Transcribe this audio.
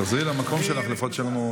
תחזרי למקום שלך, לפחות שיהיה לנו,